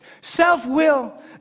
Self-will